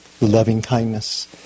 loving-kindness